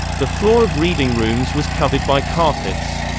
the floor of reading rooms was covered by carpets.